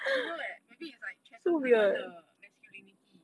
I don't know eh maybe is like threaten 他们的 masculinity